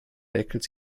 räkelt